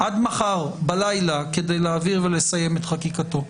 עד מחר בלילה כדי להעביר ולסיים את חקיקתו.